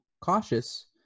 cautious